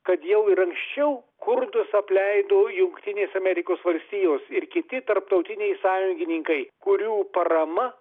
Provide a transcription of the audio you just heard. kad jau ir anksčiau kurdus apleido jungtinės amerikos valstijos ir kiti tarptautiniai sąjungininkai kurių parama